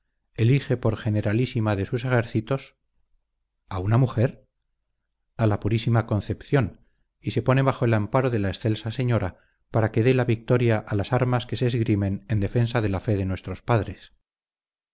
elige por generalísima de sus ejércitos a una mujer a la purísima concepción y se pone bajo el amparo de la excelsa señora para que dé la victoria a las armas que se esgrimen en defensa de la fe de nuestros padres